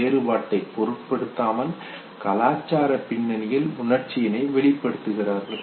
வேறுபாட்டை பொருட்படுத்தாமல் கலாச்சார பின்னணியில் உணர்ச்சியினை வெளிப்படுத்துகின்றார்கள்